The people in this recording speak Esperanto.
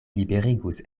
liberigus